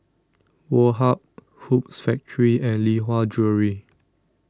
Woh Hup Hoops Factory and Lee Hwa Jewellery